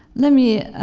let me